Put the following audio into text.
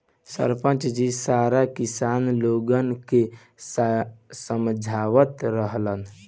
सरपंच जी सारा किसान लोगन के समझावत रहलन